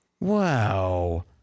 Wow